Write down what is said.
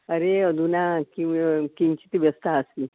अरे अधुना किं किञ्चित् व्यस्ता अस्मि